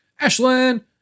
Ashlyn